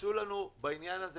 תעשו לנו טובה בעניין הזה,